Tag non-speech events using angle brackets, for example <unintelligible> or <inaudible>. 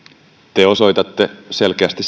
te osoitatte selkeästi <unintelligible>